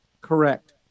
Correct